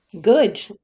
Good